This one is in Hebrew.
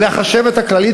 לחשבת הכללית,